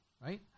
right